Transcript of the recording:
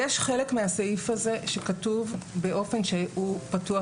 יש חלק מהסעיף הזה שכתוב באופן שהוא פתוח